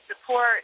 support